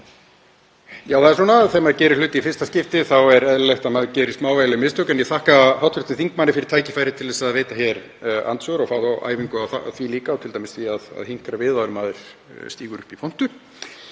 Já, það er svona. Þegar maður gerir hluti í fyrsta skipti þá er eðlilegt að maður geri smávægileg mistök. En ég þakka hv. þingmanni fyrir tækifærið til þess að veita hér andsvör og fá æfingu í því líka, og t.d. því að hinkra við áður en maður stígur í pontu.